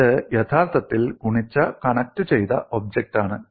ഇത് യഥാർത്ഥത്തിൽ ഗുണിച്ച കണക്റ്റുചെയ്ത ഒബ്ജക്റ്റാണ്